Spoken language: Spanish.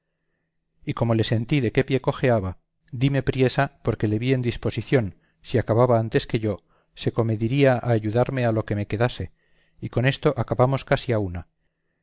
y como le sentí de qué pie coxqueaba dime priesa porque le vi en disposición si acababa antes que yo se comediría a ayudarme a lo que me quedase y con esto acabamos casi a una